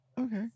okay